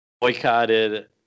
boycotted